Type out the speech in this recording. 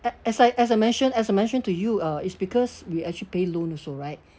as I as I mentioned as I mentioned to you uh it's because we actually pay loan also right